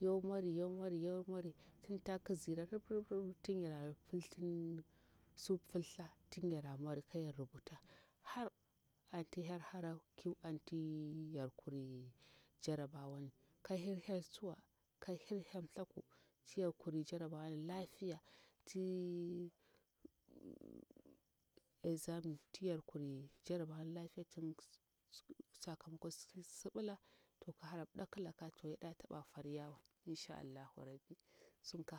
yo mori yo mori yo mori tintaa kizira rip rip rip rip tin yara filthi sur filtha tin yara mwori kaya rubuta har anti hyel hara ki anti yar kuri jarabawani ka hir hyel tsuwa ka hir hyelm thaku ti yar kuri jarabawani lafiya tii exam ni ti yar kuri jarabawani lafiya tin sakamakon sibila to ki harap dakilaka to yada taba foriyawa insha allahu rabbi sun ki